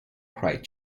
cried